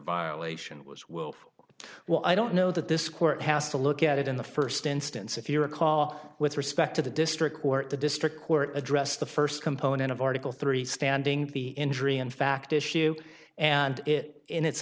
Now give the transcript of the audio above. violation was willful well i don't know that this court has to look at it in the first instance if you recall with respect to the district court the district court addressed the first component of article three standing the injury in fact issue and it in its